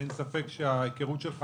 אין ספק שההיכרות שלך